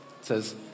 says